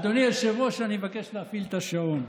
אדוני היושב-ראש, אני מבקש להפעיל את השעון.